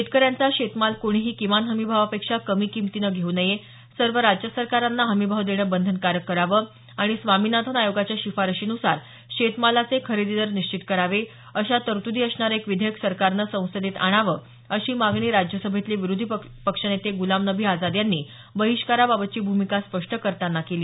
शेतकऱ्यांचा शेतमाल कोणीही किमान हमीभावापेक्षा कमी किमतीने घेऊ नये सर्व राज्य सरकारांना हमी भाव देणं बंधनाकरक करावं आणि स्वामीनाथन आयोगाच्या शिफारशीनुसार शेतमालाचे खरेदी दर निश्चित करावे अशा तरतुदी असणार एक विधेयक सरकारनं संसदेत आणावं अशी मागणी राज्यसभेतले विरोधी पक्षनेते गुलाम नबी आझाद यांनी बहिष्काराबाबतची भूमिका स्पष्ट करताना केली